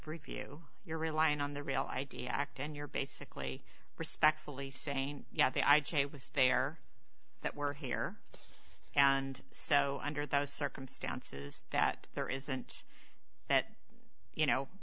preview you're relying on the real i d act and you're basically respectfully saying yeah the i j a was there that we're here and so under those circumstances that there isn't that you know